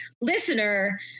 listener